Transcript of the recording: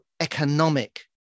economic